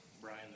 Brian